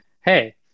hey